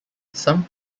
some